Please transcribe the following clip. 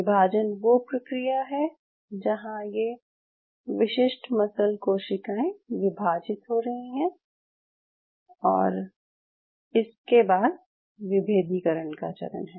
विभाजन वो प्रक्रिया है जहाँ ये विशिष्ट मसल कोशिकाएं विभाजित हो रही हैं और इसके बाद विभेदीकरण का चरण है